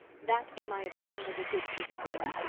that, in my opinion was a good piece of work.